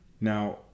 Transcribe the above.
Now